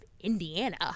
Indiana